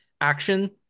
action